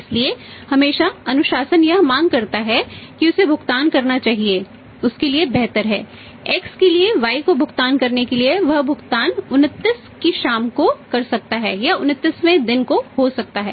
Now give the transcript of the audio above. इसलिए हमेशा अनुशासन यह मांग करता है कि उसे भुगतान करना चाहिए उसके लिए बेहतर है X के लिए Y को भुगतान करने के लिए वह भुगतान 29 की शाम को कर सकता है या 29 वें दिन हो सकता है